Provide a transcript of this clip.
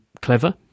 clever